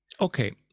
Okay